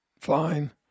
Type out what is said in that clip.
fine